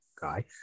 guy